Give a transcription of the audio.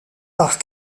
par